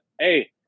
hey